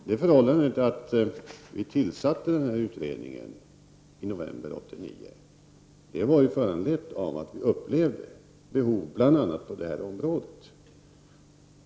Det förhållandet att vi tillsatte utredningen i november 1989 föranleddes av att vi upplevde behov på bl.a. det här området.